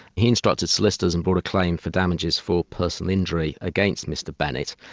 he instructed solicitors and brought a claim for damages for personal injury against mr bennett,